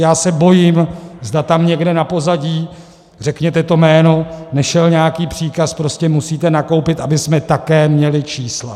Já se bojím, zda tam někde na pozadí, řekněte to jméno, nešel nějaký příkaz: prostě musíte nakoupit, abychom také měli čísla.